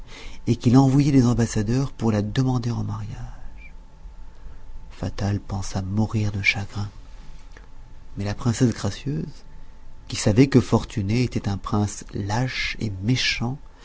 et qu'il envoyait des ambassadeurs pour la demander en mariage fatal pensa mourir de chagrin mais la princesse gracieuse qui savait que fortuné était un prince lâche et méchant